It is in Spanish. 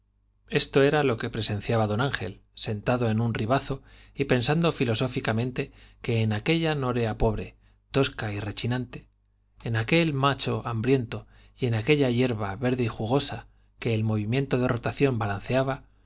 esto era lo que presenciaba d ángel sentado un ribazo en y pensando filosóficamente que en noria aquella pobre tosca y rechinante en aql el macho hambriento y en aquella hierba verde y jugosa que el movimiento de rotación balanceaba